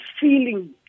feeling